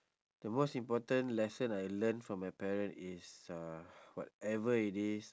the most important lesson I learn from my parent is uh whatever it is